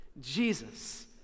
Jesus